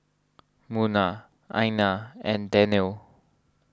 Munah Aina and Daniel